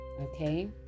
Okay